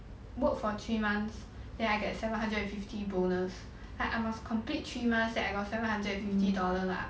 work for three months then I get seven hundred and fifty bonus I I must complete three months then I got seven hundred and fifty dollar lah